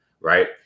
right